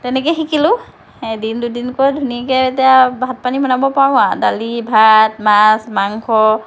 তেনেকৈয়ে শিকিলোঁ এদিন দুদিনকৈ ধুনীয়াকৈ এতিয়া ভাত পানী বনাব পাৰোঁ আৰু দালি ভাত মাছ মাংস